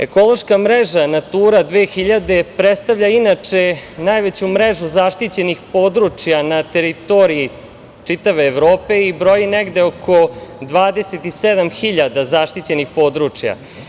Ekološka mreža „Natura 2000“ predstavlja, inače, najveću mrežu zaštićenih područja na teritoriji čitave Evrope i broji negde oko 27.000 zaštićenih područja.